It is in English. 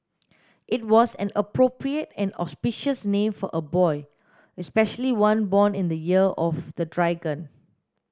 it was an appropriate and auspicious name for a boy especially one born in the year of the dragon